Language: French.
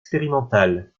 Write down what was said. expérimentale